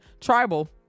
tribal